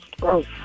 Gross